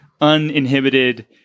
uninhibited